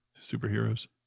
superheroes